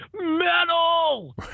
metal